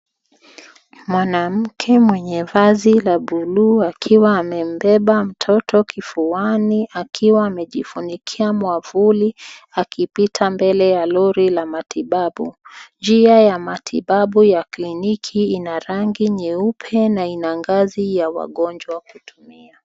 Mwanamke mwenye vazi la buluu akiwa amembeba mtoto kifuani akiwa amejifunikia mwavuli akipita mbele ya lori la matibabu. Njia ya matibabu ya kliniki ina rangi nyeupe na ina ngazi ya wagonjwa kutumia.